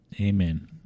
Amen